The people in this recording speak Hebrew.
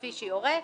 כפי שיורה,